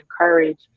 encourage